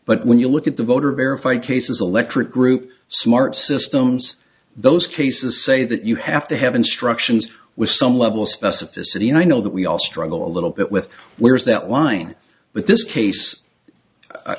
but when you look at the voter verified cases electric group smart systems those cases say that you have to have instructions with some level of specificity and i know that we all struggle a little bit with where is that line with this case